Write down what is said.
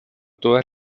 todas